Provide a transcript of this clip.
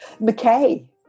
McKay